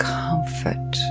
comfort